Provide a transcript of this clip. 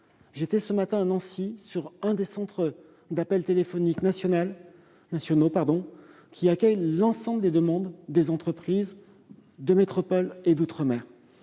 J'étais ce matin à Nancy dans l'un des centres d'appels téléphoniques nationaux qui accueillent l'ensemble des demandes des entreprises de métropole et d'outre-mer.